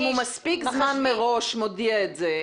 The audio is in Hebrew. אם מספיק זמן מראש הוא מודיע את זה,